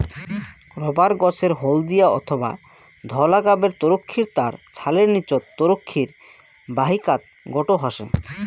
rubber গছের হলদিয়া অথবা ধওলা গাবের তরুক্ষীর তার ছালের নীচত তরুক্ষীর বাহিকাত গোটো হসে